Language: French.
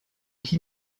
qui